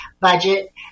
budget